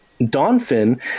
Donfin